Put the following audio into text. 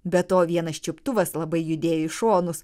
be to vienas čiuptuvas labai judėjo į šonus